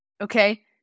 Okay